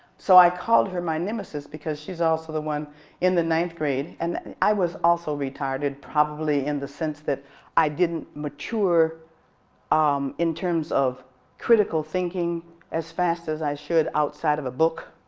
so i called her my nemesis because she was also the one in the ninth grade and i was also retarded probably in the sense that i didn't mature um in terms of critical thinking as fast i should outside of a book,